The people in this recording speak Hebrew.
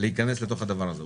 להיכנס לתוך הדבר הזה,